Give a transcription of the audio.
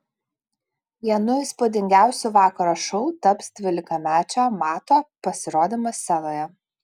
vienu įspūdingiausių vakaro šou taps dvylikamečio mato pasirodymas scenoje